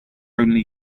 only